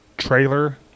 trailer